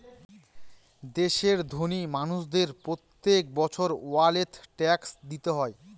দেশের ধোনি মানুষদের প্রত্যেক বছর ওয়েলথ ট্যাক্স দিতে হয়